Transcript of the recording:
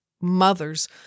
mothers